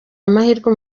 amahirwe